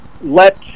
let